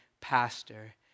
pastor